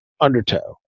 undertow